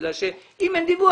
אם אין דיווח,